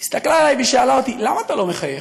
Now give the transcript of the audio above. היא הסתכלה עלי ושאלה אותי: למה אתה לא מחייך?